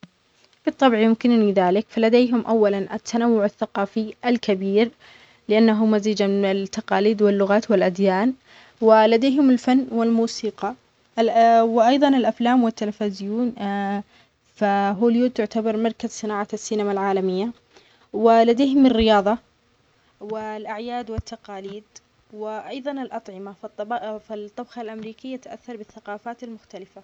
بالطبع يمكنني ذلك فلديهم اولا التنوع الثقافي الكبير لانه مزيجا من التقاليد واللغات والاديان ولديهم الفن والموسيقى وايظًا الافلام والتلفزيون فهوليود تعتبر مركز صناعة السينما العالمية ولديهم الرياظة والأعياد والتقاليد وايظًا الاطعمة فالطبخة الامريكية تأثر بالثقافات المختلفة.